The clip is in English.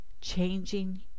changing